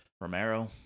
Romero